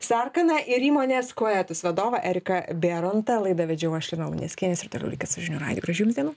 sarkaną ir įmonės koetus vadovą eriką bėrontą laidą vedžiau aš lina luneckienė jūs ir toliau likit su žinių radiju gražių jums dienų